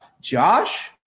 Josh